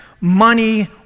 money